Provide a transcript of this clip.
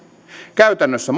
käytännössä